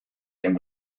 and